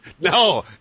No